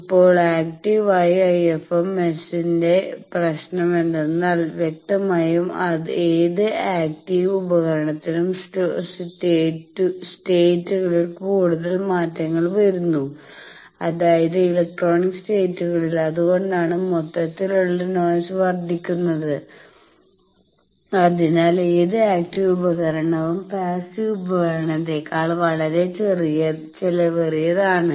ഇപ്പോൾ ആക്റ്റീവ് ആയ IFM S ന്റെ പ്രശ്നം എന്തെന്നാൽ വ്യക്തമായും ഏത് ആക്റ്റീവ് ഉപകരണത്തിനും സ്റ്റേറ്റുകളിൽ കൂടുതൽ മാറ്റങ്ങൾ വരുന്നു അതായത് ഇലക്ട്രോണിക് സ്റ്റേറ്റുകളിൽ അതുകൊണ്ടാണ് മൊത്തത്തിലുള്ള നോയ്സ് വർദ്ധിക്കുന്നത് അതിനാൽ ഏത് ആക്റ്റീവ് ഉപകരണവും പാസ്സീവ് ഉപകരണങ്ങളേക്കാൾ വളരെ ചെലവേറിയതാണ്